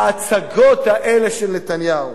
ההצגות האלה של נתניהו?